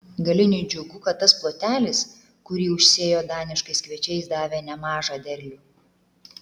galiniui džiugu kad tas plotelis kurį užsėjo daniškais kviečiais davė nemažą derlių